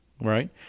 Right